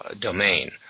domain